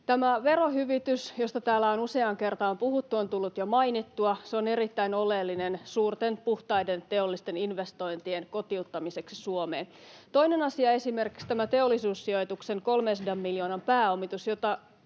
Tämä verohyvitys, josta täällä on useaan kertaan puhuttu, on tullut jo mainittua. Se on erittäin oleellinen suurten, puhtaiden teollisten investointien kotiuttamiseksi Suomeen. Toinen esimerkki on tämä Teollisuussijoituksen 300 miljoonan pääomitus, jota